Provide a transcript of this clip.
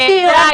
בדיוק.